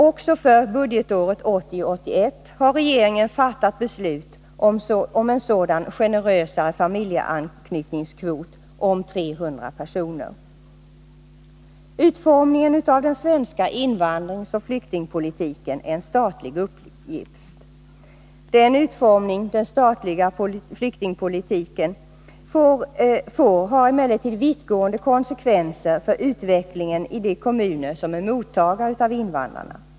Också för budgetåret 1980/81 har regeringen fattat beslut om en sådan generösare familjeanknytningskvot om 300 personer. Utformningen av den svenska invandringsoch flyktingpolitiken är en statlig uppgift. Den utformning den statliga flyktingpolitiken får har emellertid vittgående konsekvenser för utvecklingen i de kommuner som är mottagare av invandrarna.